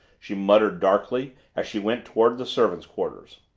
she muttered darkly as she went toward the service quarters.